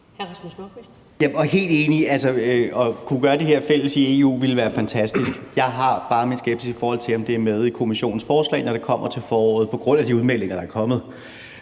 Jeg er helt enig. At kunne gøre det her fælles i EU ville være fantastisk. Jeg har bare min skepsis, i forhold til om det er med i Kommissionens forslag, når det kommer til foråret, på grund af de udmeldinger, der er kommet.